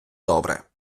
добре